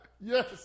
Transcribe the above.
Yes